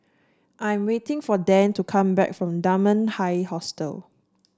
I am waiting for Dan to come back from Dunman High Hostel